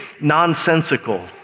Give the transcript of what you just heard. nonsensical